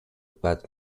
pat